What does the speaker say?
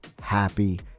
happy